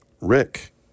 Rick